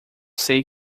sei